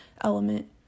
element